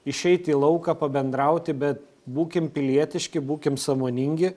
išeiti į lauką pabendrauti bet būkim pilietiški būkim sąmoningi